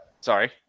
Sorry